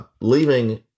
leaving